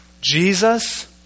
Jesus